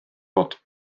fod